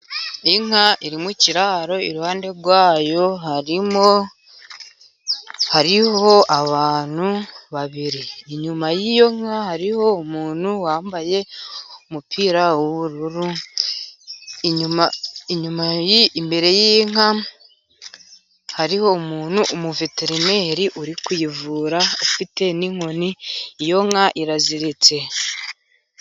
Inka iri mu kiraro iruhande rwayo harimo hariho abantu babiri. Inyuma y'iyo nka hariho umuntu wambaye umupira w'ubururu, inyuma imbere y'inka hariho umuntu umuveterineri uri kuyivura ufite n'inkoni, iyo nka irazitse.